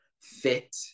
fit